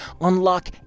unlock